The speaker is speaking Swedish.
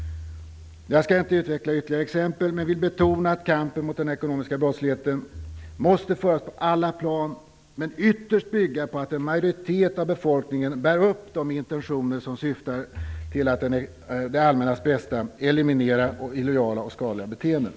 Jag skall inte utveckla ytterligare exempel, men jag vill betona att kampen mot den ekonomiska brottsligheten måste föras på alla plan men ytterst bygga på att en majoritet av befolkningen bär upp de intentioner som syftar till att för det allmännas bästa eliminera illojala och skadliga beteenden.